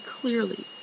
clearly